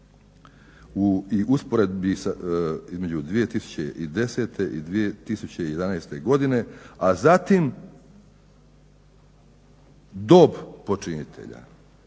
i usporedbi između 2010. i 2011. godine, a zatim dob počinitelja